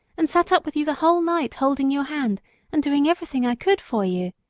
and sat up with you the whole night holding your hand and doing everything i could for you!